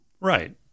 Right